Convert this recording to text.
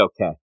okay